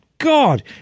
God